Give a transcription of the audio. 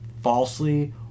falsely